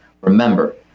remember